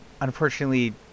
Unfortunately